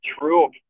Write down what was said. true